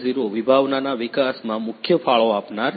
0 વિભાવનાના વિકાસમાં મુખ્ય ફાળો આપનાર છે